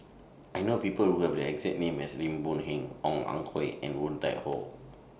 I know People Who Have The exact name as Lim Boon Heng Ong Ah Hoi and Woon Tai Ho